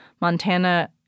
Montana